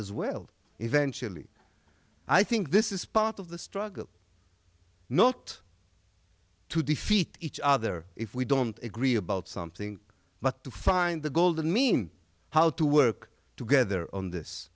as well eventually i think this is part of the struggle not to defeat each other if we don't agree about something but to find the golden mean how to work together on this